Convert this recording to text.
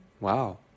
Wow